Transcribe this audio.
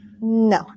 No